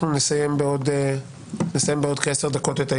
אנחנו נסיים בעוד כעשר דקות את הישיבה.